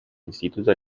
instituto